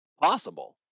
possible